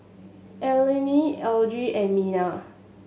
Allene Elige and Minna